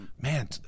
man